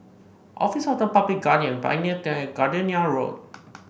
Office of the Public Guardian Pioneer Turn and Gardenia Road